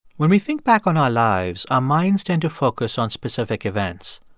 when we think back on our lives, our minds tend to focus on specific events.